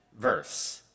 verse